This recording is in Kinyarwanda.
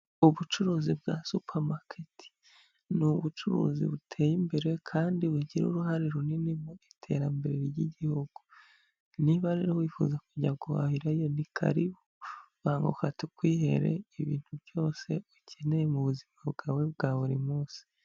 Ubucuruzi bwa supamaketi ni ubucuruzi buteye imbere kandi bugira uruhare runini mu iterambere ry'igihugu, niba rero wifuza kujya guhahirayo ni karibu banguka tukwihere ibintu byose ukeneye mu buzima bwawe bwa buri munsi.